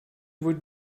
wurde